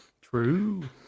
True